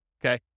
okay